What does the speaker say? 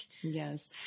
yes